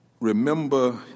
remember